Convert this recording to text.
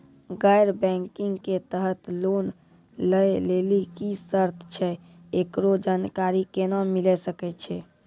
गैर बैंकिंग के तहत लोन लए लेली की सर्त छै, एकरो जानकारी केना मिले सकय छै?